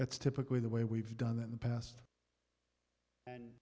that's typically the way we've done that in the past and